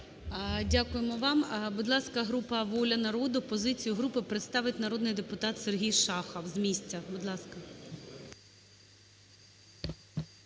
Дякуємо вам. Будь ласка, група "Воля народу". Позицію групи представить народний депутат Сергій Шахов з місця, будь ласка.